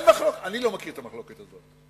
אני לא מכיר את המחלוקת הזאת.